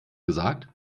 gesagt